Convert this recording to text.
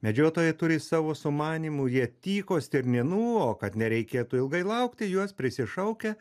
medžiotojai turi savo sumanymų jie tyko stirnėnų o kad nereikėtų ilgai laukti juos prisišaukia